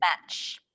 match